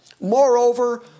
Moreover